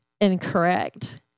incorrect